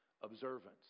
observance